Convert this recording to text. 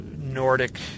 Nordic